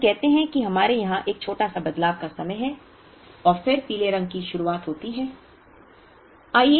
तो हम कहते हैं कि हमारे यहां एक छोटा सा बदलाव का समय है और फिर पीले रंग की शुरुआत होती है